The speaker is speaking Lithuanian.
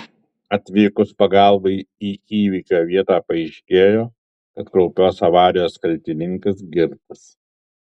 atvykus pagalbai į įvykio vietą paaiškėjo kad kraupios avarijos kaltininkas girtas